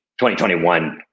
2021